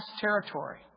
territory